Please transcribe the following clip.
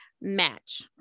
match